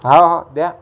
हो हो द्या